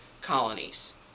colonies